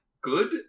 good